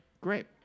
great